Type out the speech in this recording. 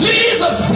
Jesus